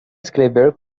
escrever